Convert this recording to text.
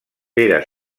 pere